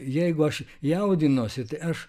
jeigu aš jaudinuosi tai aš